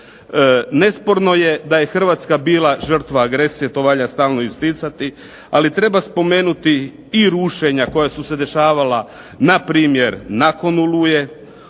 Nesporno je da je Hrvatska bila žrtva agresije, to valja stalno isticati, ali treba spomenuti i rušenja koja su se dešavala npr. nakon Oluje.